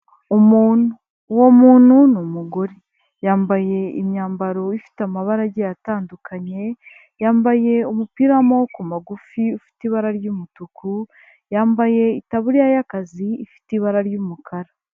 Umuntu, uwo muntu n'umugore yambaye imyambaro ifite amabara agiye atandukanye, yambaye umupira w'amaboko magufi ufite ibara ry'umutuku, yambaye itaburiya y'akazi ifite ibara ry'umukara.